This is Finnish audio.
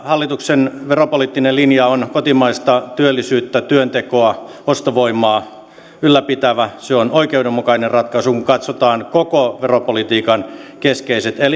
hallituksen veropoliittinen linja on kotimaista työllisyyttä työntekoa ostovoimaa ylläpitävä se on oikeudenmukainen ratkaisu kun katsotaan koko veropolitiikan keskeiset